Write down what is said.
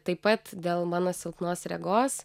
taip pat dėl mano silpnos regos